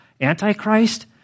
Antichrist